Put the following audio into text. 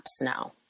now